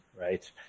right